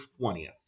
20th